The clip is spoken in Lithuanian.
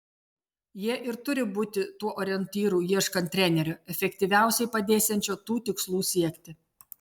jie ir turi būti tuo orientyru ieškant trenerio efektyviausiai padėsiančio tų tikslų siekti